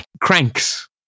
cranks